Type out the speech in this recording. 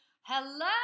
Hello